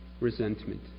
resentment